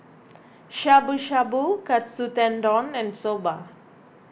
Shabu Shabu Katsu Tendon and Soba